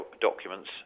documents